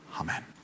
Amen